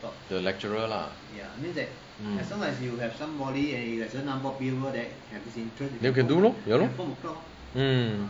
the lecturer lah you can do lor ya lor mm